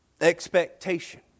expectation